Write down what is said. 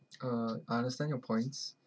uh I understand your points